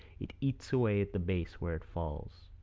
it eats away the base where it falls.